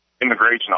immigration